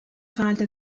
فعلت